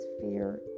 fear